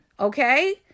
Okay